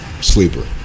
sleeper